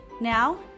Now